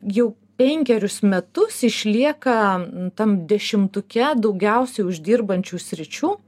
jau penkerius metus išlieka tam dešimtuke daugiausiai uždirbančių sričių